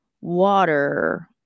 water